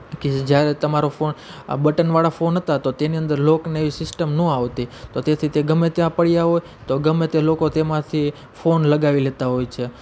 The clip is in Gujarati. તો કે જ્યારે તમારો ફોન આ બટન વાળા ફોન હતા તો તેની અંદર લોકને એવી સિસ્ટમ નો આવતી તો તેથી તે ગમે ત્યાં પડ્યા હોય તો ગમે તે લોકો તેમાંથી ફોન લગાવી લેતા હોય છે